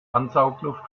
ansaugluft